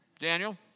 Daniel